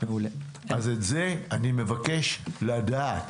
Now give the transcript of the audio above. את זה אני מבקש לדעת.